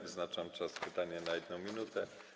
Wyznaczam czas pytania na 1 minutę.